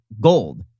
gold